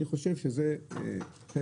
אני חושב שזה חלק,